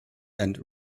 and